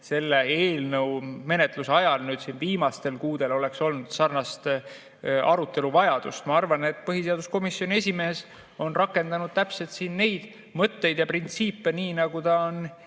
selle eelnõu menetluse ajal nüüd viimastel kuudel oleks olnud sarnast arutelu vajadust. Ma arvan, et põhiseaduskomisjoni esimees on rakendanud täpselt neid mõtteid ja printsiipe nii, nagu ta on